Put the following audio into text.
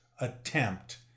attempt